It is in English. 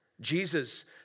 Jesus